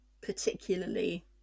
particularly